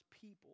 people